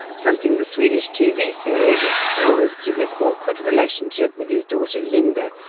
something the swedish tv series explores through his awkward relationship with his daughter, linda,